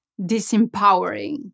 disempowering